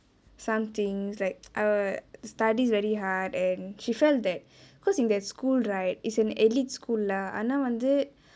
some things like our studies very hard and she felt that because in that school right is an elite school lah ஆனா வந்து:aana vanthu